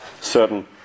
certain